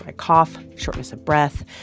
ah cough, shortness of breath.